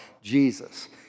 Jesus